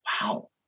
wow